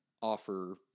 offer